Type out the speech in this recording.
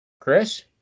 Chris